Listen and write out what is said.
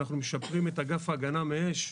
אנחנו משפרים את אגף ההגנה מאש.